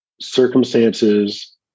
circumstances